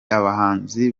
abahanzi